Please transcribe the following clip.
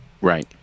right